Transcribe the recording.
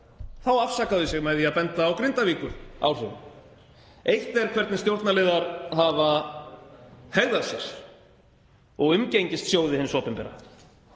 þá afsaka þau sig með því að benda á Grindavíkuráhrifin. Eitt er hvernig stjórnarliðar hafa hegðað sér og umgengist sjóði hins opinbera